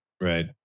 right